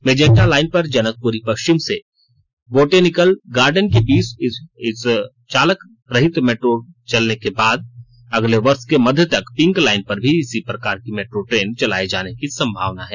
magenta line पर जनकप्री पश्चिम से बोटेनिकल गार्डन के बीच इस चालक रहित मेट्रो चलने के बाद अगले वर्ष के मध्य तक पिंक लाइन पर भी इसी प्रकार की मेट्रो ट्रेन चलाए जाने की संभावना है